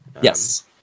Yes